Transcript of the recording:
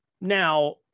Now